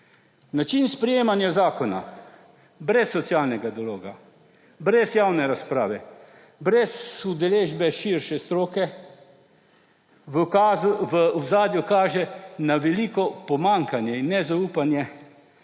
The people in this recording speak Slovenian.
Način sprejemanja zakona brez socialnega dialoga, brez javne razprave, brez udeležbe širše stroke v ozadju kaže na veliko pomanjkanje in nezaupanje